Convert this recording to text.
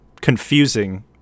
confusing